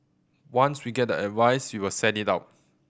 once we get the advice we will send it out